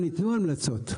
ניתנו שם המלצות.